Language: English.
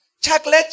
Chocolate